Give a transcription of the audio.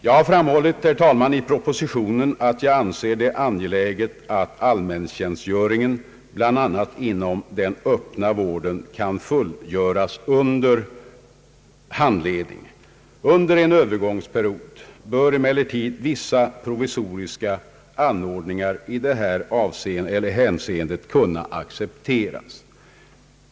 Jag har i propositionen framhållit att jag anser det angeläget att allmäntjänstgöringen, bl.a. inom den öppna vården, kan fullgöras under handledning. Under en övergångsperiod bör emellertid vissa provisoriska anordningar kunna accepteras.